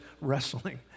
wrestling